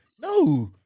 No